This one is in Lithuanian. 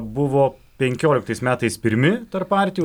buvo penkioliktais metais pirmi tarp partijų